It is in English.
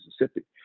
Mississippi